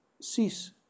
cease